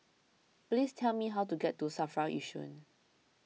please tell me how to get to Safra Yishun